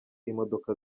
imodoka